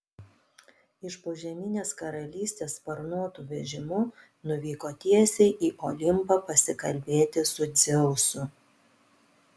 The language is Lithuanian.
iš požeminės karalystės sparnuotu vežimu nuvyko tiesiai į olimpą pasikalbėti su dzeusu